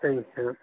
சரிங்க சார்